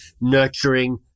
nurturing